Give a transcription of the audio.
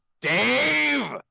Dave